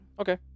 Okay